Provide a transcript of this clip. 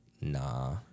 nah